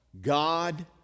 God